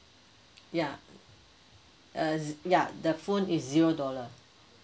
ya uh ya the phone is zero dollar